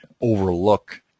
overlook